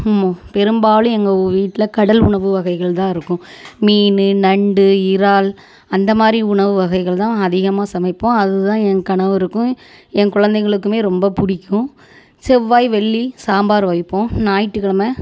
மு பெரும்பாலும் எங்கள் வீட்டில் கடல் உணவு வகைகள் தான் இருக்கும் மீன் நண்டு இறால் அந்த மாதிரி உணவு வகைகள் தான் அதிகமாக சமைப்போம் அதுதான் என் கணவருக்கும் என் குழந்தைங்களுக்குமே ரொம்ப பிடிக்கும் செவ்வாய் வெள்ளி சாம்பார் வைப்போம் ஞாயிற்றுக்கிழமை